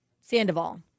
Sandoval